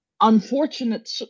unfortunate